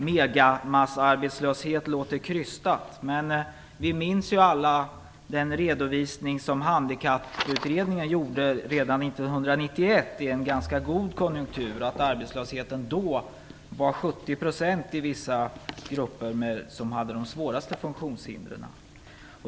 Megamassarbetslöshet låter krystat, men vi minns alla den redovisning som Handikapputredningen gjorde redan 1991, i en ganska god konjunktur, av att arbetslösheten var 70 % i vissa grupper med de svåraste funktionshindren.